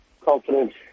confidence